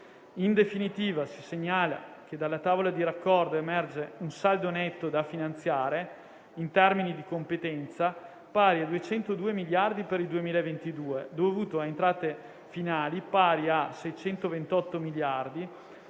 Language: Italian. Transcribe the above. In definitiva, si segnala che dalla tavola di raccordo emerge un saldo netto da finanziare, in termini di competenza pari a 202 miliardi per il 2022, dovuto a entrate finali pari a 628 miliardi